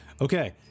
Okay